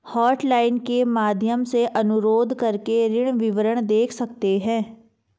hotline के माध्यम से अनुरोध करके ऋण विवरण देख सकते है